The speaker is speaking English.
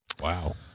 Wow